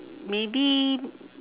maybe